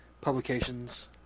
publications